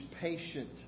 patient